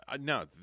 no